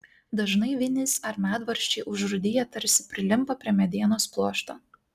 dažnai vinys ar medvaržčiai užrūdiję tarsi prilimpa prie medienos pluošto